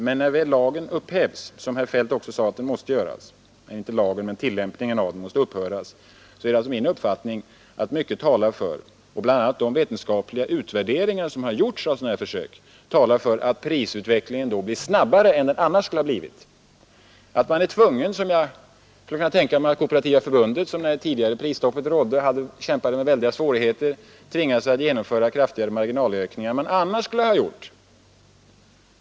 Men när tillämpningen av lagen upphävs — också herr Feldt sade ju att detta måste ske — är det min uppfattning att mycket talar för, bl.a. de vetenskapliga utvärderingar som gjorts av sådana här försök, att prisutvecklingen blir snabbare än den annars skulle ha blivit. Man är därför tvungen — detta var ju fallet med Kooperativa förbundet, som kämpade med väldiga svårigheter när det tidigare prisstoppet rådde — att genomföra kraftigare marginalökningar än man annars skulle ha gjort.